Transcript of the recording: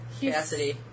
Cassidy